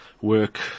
work